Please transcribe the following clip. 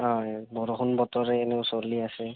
অ' বৰষুণ বতৰে এনেও চলি আছে